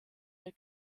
der